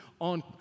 on